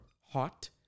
hot